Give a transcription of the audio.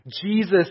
Jesus